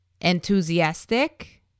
enthusiastic